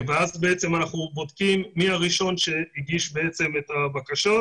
אנחנו בודקים מי הראשון שהגיש את הבקשות.